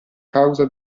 causa